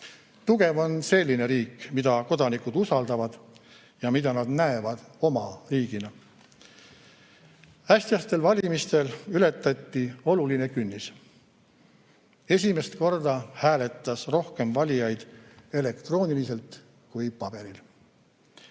Tugev on selline riik, mida kodanikud usaldavad ja mida nad näevad oma riigina. Äsjastel valimistel ületati oluline künnis: esimest korda hääletas rohkem valijaid elektrooniliselt kui paberil.